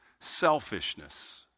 selfishness